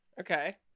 Okay